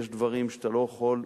יש דברים שאתה לא יכול,